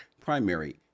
primary